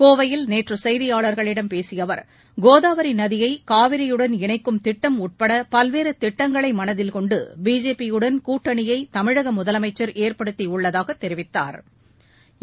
கோவையில் நேற்று செய்தியாள்களிடம் பேசிய அவர் கோதாவரி நதியை காவிரியுடன் இணைக்கும் திட்டம் உட்பட பல்வேறு திட்டங்களை மனதில் கொண்டு பிஜேபி உடன் கூட்டணியை தமிழக முதலமைச்சா் ஏற்படுத்தியுள்ளதாக தெரிவித்தாா்